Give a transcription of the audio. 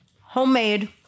homemade